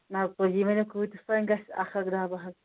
نہ حظ تُہی ؤنِو کۭتِس تام گژھِ اَکھ اَکھ ڈبہٕ حظ